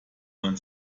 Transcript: man